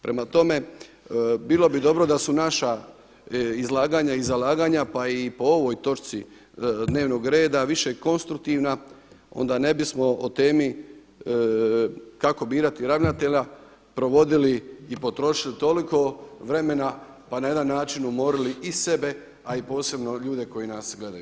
Prema tome, bilo bi dobro da su naša izlaganja i zalaganja pa i po ovoj točci dnevnog reda više konstruktivna, onda ne bismo o tebi kako birati ravnatelja provodili i potrošili toliko vremena pa na jedan način umorili i sebe a i posebno ljude koji nas gledaju.